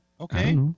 Okay